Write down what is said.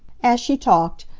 as she talked,